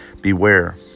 Beware